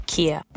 Kia